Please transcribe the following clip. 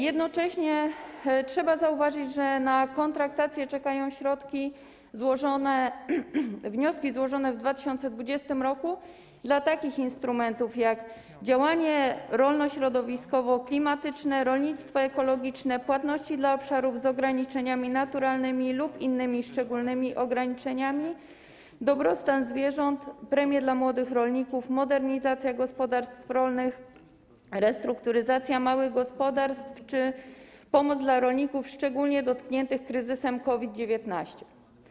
Jednocześnie trzeba zauważyć, że na kontraktację czekają wnioski złożone w 2020 r. dla takich instrumentów jak działanie rolno-środowiskowo-klimatyczne, rolnictwo ekologiczne, płatności dla obszarów z ograniczeniami naturalnymi lub innymi szczególnymi ograniczeniami, dobrostan zwierząt, premie dla młodych rolników, modernizacja gospodarstw rolnych, restrukturyzacja małych gospodarstw czy pomoc dla rolników szczególnie dotkniętych kryzysem związanym z COVID-19.